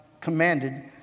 commanded